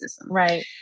Right